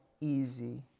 easy